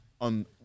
on